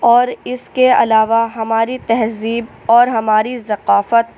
اور اِس کے علاوہ ہماری تہذیب اور ہماری ثقافت